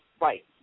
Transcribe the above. Right